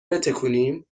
بتکونیم